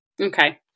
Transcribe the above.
Okay